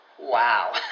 Wow